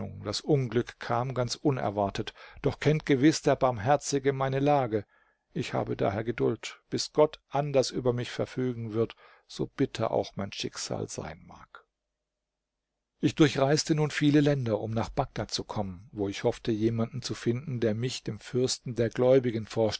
das unglück kam ganz unerwartet doch kennt gewiß der barmherzige meine lage ich habe daher geduld bis gott anders über mich verfügen wird so bitter auch mein schicksal sein mag ich durchreiste nun viele länder um nach bagdad zu kommen wo ich hoffte jemanden zu finden der mich dem fürsten der gläubigen